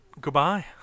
goodbye